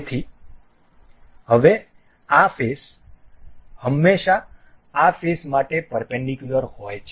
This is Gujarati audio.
તેથી હવે આ ફેસ હંમેશા આ ફેસ માટે પરપેન્ડીકુલર હોય છે